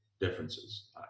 differences